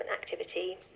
activity